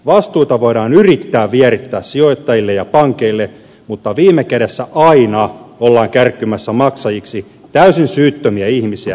vastuita voidaan yrittää vierittää sijoittajille ja pankeille mutta viime kädessä aina ollaan kärkkymässä maksajiksi täysin syyttömiä ihmisiä veronmaksajia